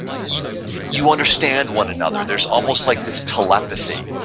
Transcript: you you understand one another. there's almost like this telepathy,